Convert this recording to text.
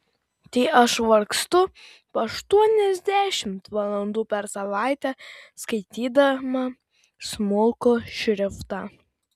tai aš vargstu po aštuoniasdešimt valandų per savaitę skaitydama smulkų šriftą